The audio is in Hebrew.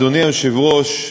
אדוני היושב-ראש,